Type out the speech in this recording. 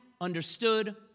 understood